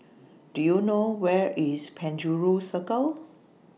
Do YOU know Where IS Penjuru Circle